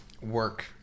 work